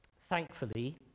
thankfully